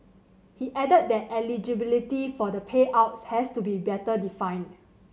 he added that eligibility for the payout has to be better defined